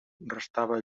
restava